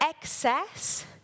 excess